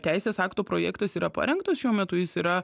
teisės akto projektas yra parengtas šiuo metu jis yra